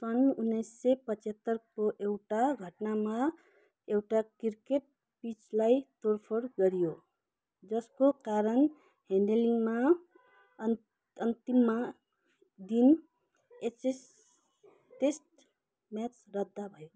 सन् उन्नाइस सय पचहत्तरको एउटा घटनामा एउटा क्रिकेट पिचलाई तोडफोड गरियो जसको कारण हेडिङ्लेमा अन्तिममा दिन एसेज टेस्ट म्याच रद्द भयो